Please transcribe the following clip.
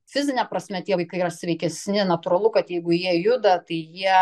fizine prasme tie vaikai yra sveikesni natūralu kad jeigu jie juda tai jie